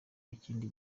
ikindi